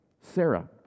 Sarah